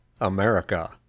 America